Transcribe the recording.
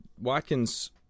Watkins